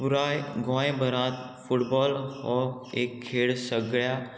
पुराय गोंयभरांत फुटबॉल हो एक खेळ सगळ्या